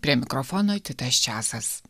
prie mikrofono titas česas